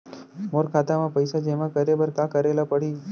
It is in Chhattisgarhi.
मोर खाता म पइसा जेमा करे बर का करे ल पड़ही?